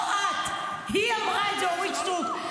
לא את, היא אמרה את זה, אורית סטרוק.